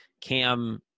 Cam